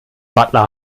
butler